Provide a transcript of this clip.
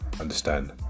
understand